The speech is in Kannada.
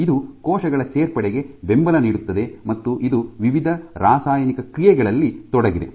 ಇದು ಕೋಶಗಳ ಸೇರ್ಪಡೆಗೆ ಬೆಂಬಲ ನೀಡುತ್ತದೆ ಮತ್ತು ಇದು ವಿವಿಧ ರಾಸಾಯನಿಕ ಕ್ರಿಯೆಗಳಲ್ಲಿ ತೊಡಗಿದೆ